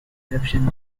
eruption